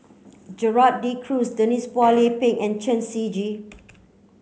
Gerald De Cruz Denise Phua Lay Peng and Chen Shiji